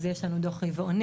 אז יש לנו דו"ח רבעוני.